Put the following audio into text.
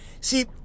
See